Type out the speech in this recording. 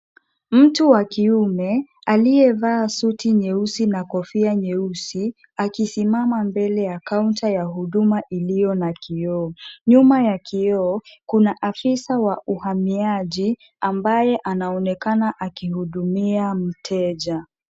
Mtu wa kiume, aliyevaa suti nyeusi na kofia nyeusi, akisimama mbele ya kaunta ya huduma iliyo na kioo. Nyuma ya kioo kuna afisa wa uhamiaji ambaye anaonekana akihudumia mteja.